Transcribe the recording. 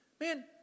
man